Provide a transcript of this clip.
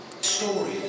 ...story